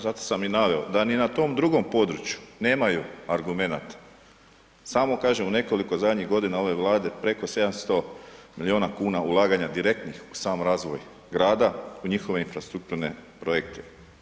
Kolega Raguž, zato sam i naveo, da niti na tom drugom području nemaju argumenata, samo kažem u nekoliko zadnjih godina ove Vlade preko 700 milijuna kuna ulaganja direktnih u sam razvoj Grada, u njihove infrastrukturne projekte.